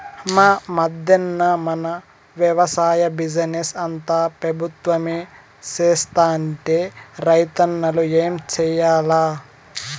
ఈ మధ్దెన మన వెవసాయ బిజినెస్ అంతా పెబుత్వమే సేత్తంటే రైతన్నలు ఏం చేయాల్ల